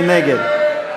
מי נגד?